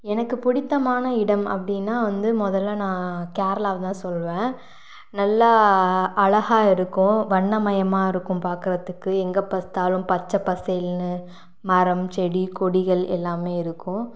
எனக்கு பிடித்தமான இடம் அப்படின்னா வந்து முதல்ல நான் கேரளாவை தான் சொல்லுவேன் நல்லா அழகாக இருக்கும் வண்ணமயமாக இருக்கும் பார்க்குறதுக்கு எங்கே பார்த்தாலும் பச்சை பசேல்ன்னு மரம் செடி கொடிகள் எல்லாமே இருக்கும்